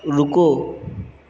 रुको